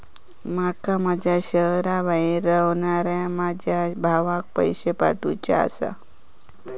माका माझ्या शहराबाहेर रव्हनाऱ्या माझ्या भावाक पैसे पाठवुचे आसा